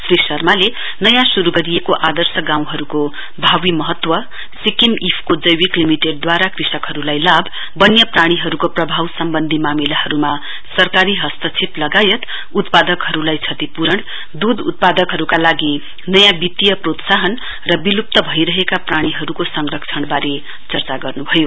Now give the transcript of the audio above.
श्री शर्माले नयाँ शरू गरिएको आर्दश गाँउहरूबारे भावी महत्व सिक्किम आईएफएफसिओ जैविक लिमिटेडद्वारा कृषकहरूलाई लाभ वन्यप्राणीहरूको प्रभाव सम्बन्धी मामिलाहरूमा सरकारी हस्तक्षेप लगायत उत्पादकहरूलाई क्षतिपूरण दूध उत्पादकहरूका लागि नयाँ वित्तीय प्रोत्साहन र विलुप्त भइरहेका प्राणीहरूको संरक्षणबारे चर्चा गर्नुभयो